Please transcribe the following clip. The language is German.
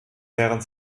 während